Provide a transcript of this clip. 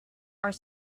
are